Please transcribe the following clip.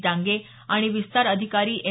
डांगे आणि विस्तार अधिकारी एम